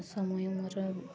ସମୟ ମୋର